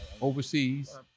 overseas